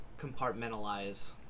compartmentalize